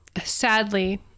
sadly